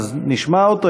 נשמע אותו,